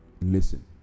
listen